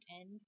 end